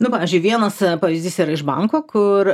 nu pavyzdžiui vienas pavyzdys yra iš banko kur